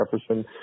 Jefferson